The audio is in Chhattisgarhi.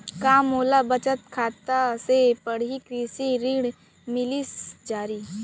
का मोला बचत खाता से पड़ही कृषि ऋण मिलिस जाही?